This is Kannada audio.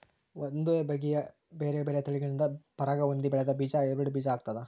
ಒಂದೇ ಬಗೆಯ ಬೇರೆ ಬೇರೆ ತಳಿಗಳಿಂದ ಪರಾಗ ಹೊಂದಿ ಬೆಳೆದ ಬೀಜ ಹೈಬ್ರಿಡ್ ಬೀಜ ಆಗ್ತಾದ